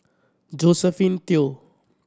Josephine Teo